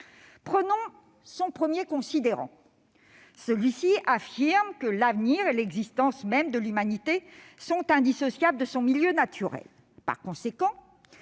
? Un premier considérant de la Charte affirme « que l'avenir et l'existence même de l'humanité sont indissociables de son milieu naturel ». Par conséquent,